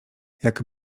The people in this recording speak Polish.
jak